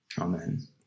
Amen